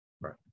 Right